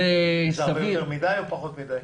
זה הרבה יותר מדי או פחות מדי?